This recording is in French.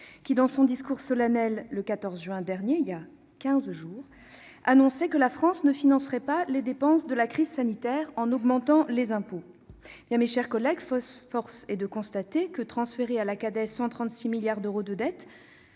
qui, dans son discours solennel du 14 juin dernier- il y a quinze jours -, annonçait que la France ne financerait pas les dépenses de la crise sanitaire en augmentant les impôts. Mes chers collègues, force est de constater que transférer à la Cades 136 milliards d'euros de dette